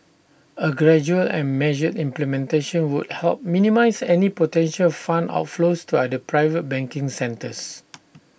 A gradual and measured implementation would help minimise any potential fund outflows to other private banking centres